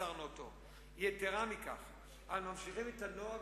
מערכת מחשוב,